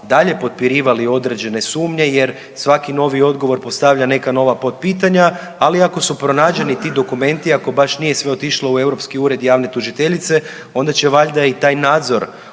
dalje potpirivali određene sumnje jer svaki novi odgovor postavlja neka nova potpitanja, ali ako su pronađeni ti dokumenti, ako baš nije sve otišlo u Europski ured javne tužiteljice onda će valjda i taj nadzor